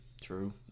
True